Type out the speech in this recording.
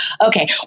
okay